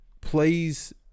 please